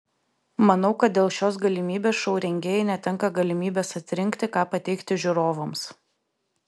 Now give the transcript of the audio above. manau kad dėl šios galimybės šou rengėjai netenka galimybės atrinkti ką pateikti žiūrovams